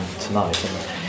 tonight